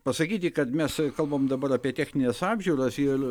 pasakyti kad mes kalbam dabar apie technines apžiūras ir